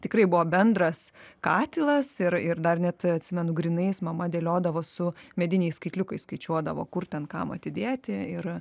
tikrai buvo bendras katilas ir ir dar net atsimenu grynais mama dėliodavo su mediniais skaitliukais skaičiuodavo kur ten kam atidėti ir